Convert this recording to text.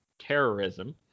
terrorism